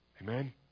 Amen